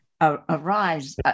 arise